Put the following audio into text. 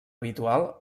habitual